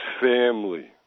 family